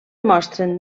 mostren